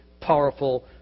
powerful